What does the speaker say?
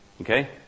Okay